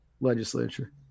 legislature